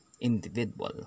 individual